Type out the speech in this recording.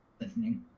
listening